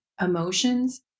emotions